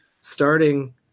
starting